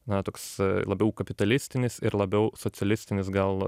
na toks labiau kapitalistinis ir labiau socialistinis gal